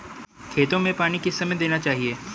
खेतों में पानी किस समय देना चाहिए?